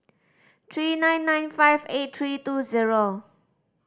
three nine nine five eight three two zero